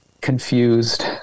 confused